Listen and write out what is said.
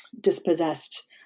dispossessed